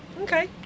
Okay